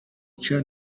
cha